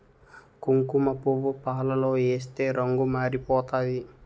కుంకుమపువ్వు పాలలో ఏస్తే రంగు మారిపోతాది